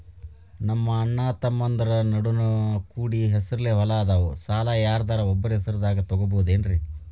ನಮ್ಮಅಣ್ಣತಮ್ಮಂದ್ರ ನಡು ಕೂಡಿ ಹೆಸರಲೆ ಹೊಲಾ ಅದಾವು, ಸಾಲ ಯಾರ್ದರ ಒಬ್ಬರ ಹೆಸರದಾಗ ತಗೋಬೋದೇನ್ರಿ?